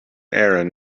aaron